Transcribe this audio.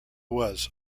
was